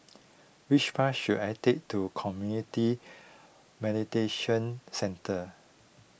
which bus should I take to Community Mediation Centre